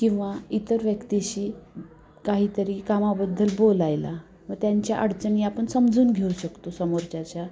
किंवा इतर व्यक्तींशी काहीतरी कामाबद्दल बोलायला व त्यांच्या अडचणी आपण समजून घेऊ शकतो समोरच्याच्या